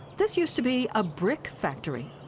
this used to be a brick factory.